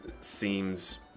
seems